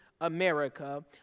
America